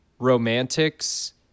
Romantics